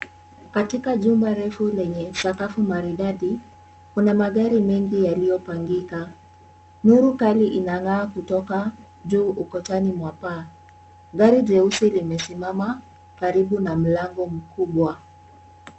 Katika jumba refu lenye sakafu maridadi. Kuna magari mengi yaliyo pangika. Nuru kali inang'aa kutoka juu ukutani mwa paa. Gari jeusi limesimama karibu na mlango mkubwa.